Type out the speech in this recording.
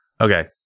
Okay